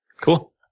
Cool